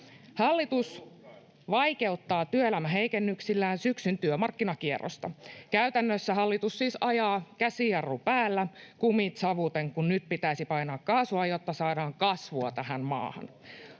Hallitus vaikeuttaa työelämäheikennyksillään syksyn työmarkkinakierrosta. Käytännössä hallitus siis ajaa käsijarru päällä kumit savuten, kun nyt pitäisi painaa kaasua, jotta saadaan kasvua tähän maahan.